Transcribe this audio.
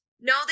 No